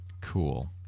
Cool